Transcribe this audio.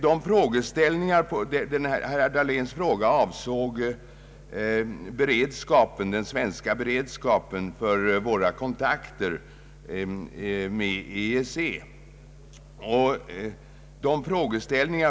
Herr Dahléns fråga avsåg vår beredskap för kontakter med EEC. Jag vill lämna följande svar.